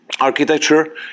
architecture